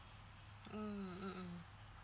mm mm mm